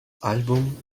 album